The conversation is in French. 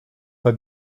pas